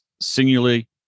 singularly